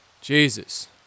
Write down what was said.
Jesus